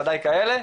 ודאי כאלה,